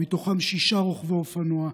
מתוכם שישה רוכבי אופנוע,